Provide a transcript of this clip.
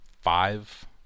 five